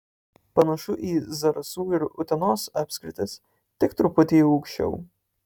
panašu į zarasų ir utenos apskritis tik truputį aukščiau